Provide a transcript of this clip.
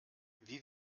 wie